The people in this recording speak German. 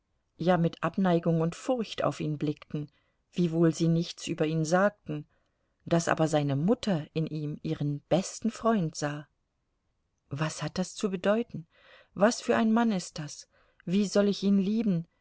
ja mit abneigung und furcht auf ihn blickten wiewohl sie nichts über ihn sagten daß aber seine mutter in ihm ihren besten freund sah was hat das zu bedeuten was für ein mann ist das wie soll ich ihn lieben